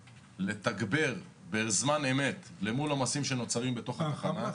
לתגבר בזמן אמת מול עומסים שנוצרים בתחנה.